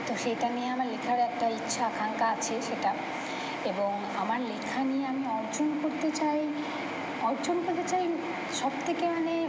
তো সেইটা নিয়ে আমার লেখার একটা ইচ্ছা আকাঙ্ক্ষা আছে সেটা এবং আমার লেখা নিয়ে আমি অর্জন করতে চাই অর্জন করতে চাই সব থেকে মানে